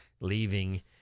leaving